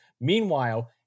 Meanwhile